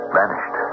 vanished